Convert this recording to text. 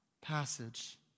passage